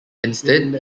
instead